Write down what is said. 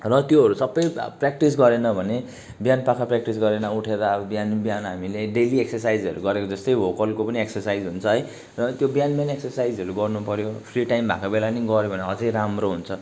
र त्योहरू सबै प्र्याक्टिस गरेन भने बिहानपख प्र्याक्टिस गरेन उठेर अब बिहान बिहान हामीले डेली एक्ससाइजहरू गरेको जस्तै हो कलको पनि एक्ससाइज हुन्छ है र त्यो बिहान बिहान एक्ससाइजहरू गर्नुपर्यो फ्री टाइम भएको बेला पनि गर्यो भने अझै राम्रो हुन्छ